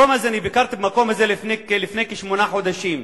אני ביקרתי במקום הזה לפני כשמונה חודשים.